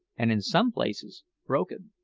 and in some places broken.